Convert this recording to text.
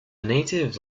native